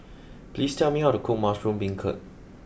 please tell me how to cook Mushroom Beancurd